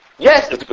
Yes